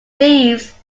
thieves